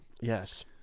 Yes